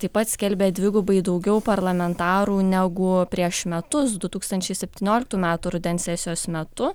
taip pat skelbė dvigubai daugiau parlamentarų negu prieš metus du tūkstančiai septynioliktų metų rudens sesijos metu